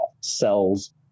cells